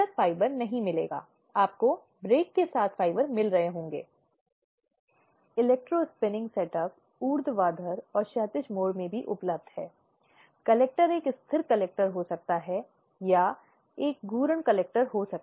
अब कुछ विशेष परिस्थितियों को छोड़कर जिरहप्रति परीक्षा को भी प्राकृतिक न्याय के मूल सिद्धांतों में से एक के रूप में लिया जाता है